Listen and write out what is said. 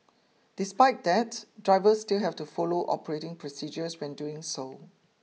despite that drivers still have to follow operating procedures when doing so